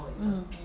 mm